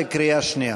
בקריאה שנייה.